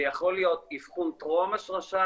זה יכול להיות אבחון טרום השרשה,